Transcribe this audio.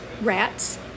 rats